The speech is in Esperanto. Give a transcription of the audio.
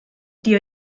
tiu